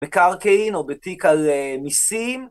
מקרקעין או בתיק על מיסים